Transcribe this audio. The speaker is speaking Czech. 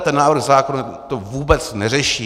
Tento návrh zákona to vůbec neřeší.